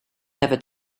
never